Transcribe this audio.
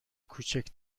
کوچک